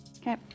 okay